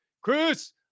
Chris